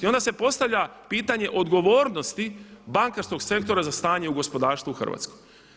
I onda se postavlja pitanje odgovornosti bankarskog sektora za stanje u gospodarstvu u Hrvatskoj.